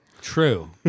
true